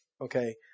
okay